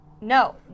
No